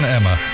Emma